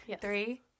Three